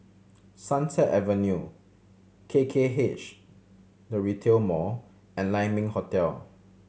Sunset Avenue K K H The Retail Mall and Lai Ming Hotel